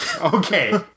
Okay